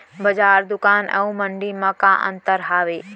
बजार, दुकान अऊ मंडी मा का अंतर हावे?